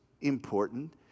important